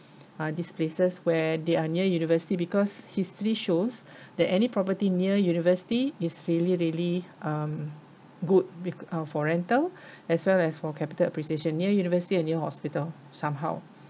uh this places where they are near university because history shows that any property near university is really really um good becau~ uh for rental as well as for capital appreciation near university and near hospital somehow